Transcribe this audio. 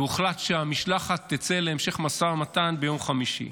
והוחלט שהמשלחת תצא להמשך משא ומתן ביום חמישי.